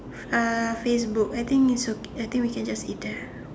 uh Facebook I think it's okay I think we can just eat there